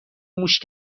موش